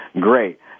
great